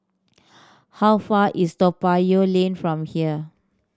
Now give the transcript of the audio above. how far is Toa Payoh Lane from here